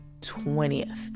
20th